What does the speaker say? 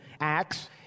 Acts